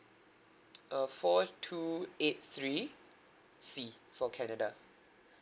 uh four two eight three C for canada